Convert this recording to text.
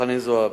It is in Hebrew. חנין זועבי,